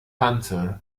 hunter